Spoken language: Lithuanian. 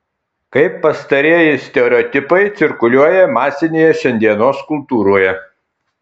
kaip pastarieji stereotipai cirkuliuoja masinėje šiandienos kultūroje